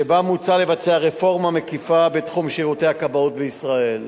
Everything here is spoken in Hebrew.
שבה מוצע לבצע רפורמה מקיפה בתחום שירותי הכבאות בישראל.